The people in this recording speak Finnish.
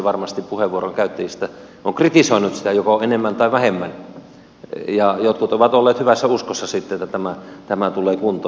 varmasti enemmistö puheenvuoron käyttäjistä on kritisoinut sitä joko enemmän tai vähemmän ja jotkut ovat olleet hyvässä uskossa että tämä tulee kuntoon